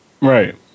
Right